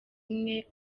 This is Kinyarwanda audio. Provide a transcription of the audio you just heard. umwe